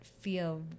feel